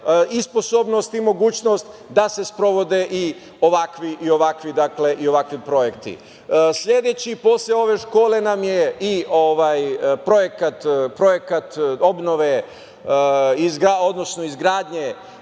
i sposobnost i mogućnost da se sprovode i ovakvi projekti. Sledeći posle ove škole nam je i projekat izgradnje